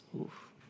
Oof